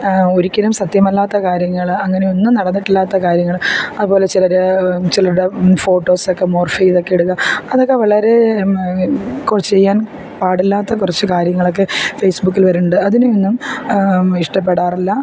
ഒരിക്കലും സത്യമല്ലാത്ത കാര്യങ്ങൾ അങ്ങനെയൊന്നും നടന്നിട്ടില്ലാത്ത കാര്യങ്ങൾ അതുപോലെ ചിലർ ചിലരുടെ ഫോട്ടോസൊക്കെ മോർഫ് ചെയ്തതൊക്കെ ഇടുക അതൊക്കെ വളരെ കുറച്ച് എല്ലാം പാടില്ലാത്ത കുറച്ച് കാര്യങ്ങളൊക്കെ ഫേസ്ബുക്കിൽ വരുന്നുണ്ട് അതിനെ ഒന്നും ഇഷ്ടപ്പെടാറില്ല